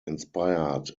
inspired